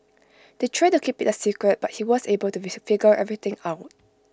they tried to keep IT A secret but he was able to figure everything out